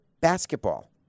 Basketball